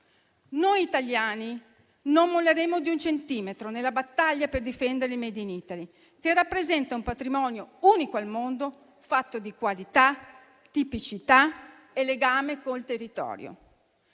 Noi italiani non molleremo di un centimetro nella battaglia per difendere il *made in Italy*, che rappresenta un patrimonio unico al mondo fatto di qualità, tipicità e legame con il territorio.